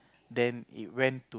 then it went to